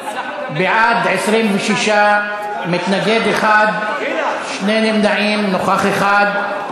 כשירות למנהל בתי-הדין הרבניים),